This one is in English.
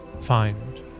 find